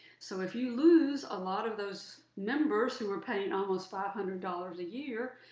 so if you lose a lot of those members who are paying almost five hundred dollars a year,